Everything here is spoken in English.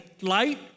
light